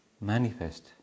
manifest